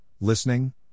listening